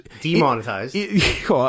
demonetized